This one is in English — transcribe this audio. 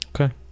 Okay